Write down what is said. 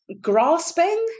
grasping